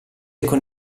con